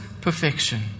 perfection